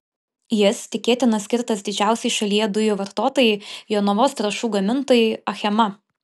jis tikėtina skirtas didžiausiai šalyje dujų vartotojai jonavos trąšų gamintojai achema